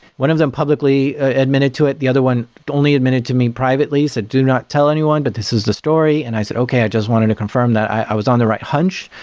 one of them publicly admitted to it. the other one only admitted to me privately. he said, do not tell anyone, but this is the story, and i said, okay. i just wanted to confirm that i was on the right hunch.